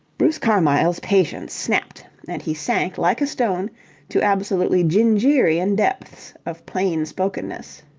bruce carmyle's patience snapped and he sank like a stone to absolutely gingerian depths of plain-spokenness.